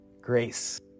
Grace